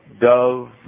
Dove